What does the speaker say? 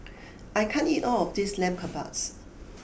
I can't eat all of this Lamb Kebabs